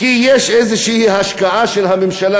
כי יש איזושהי השקעה של הממשלה,